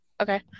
Okay